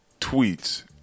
tweets